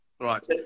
right